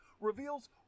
reveals